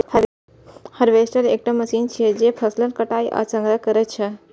harvester एकटा machine छियै, जे फसलक कटाइ आ संग्रहण करै छै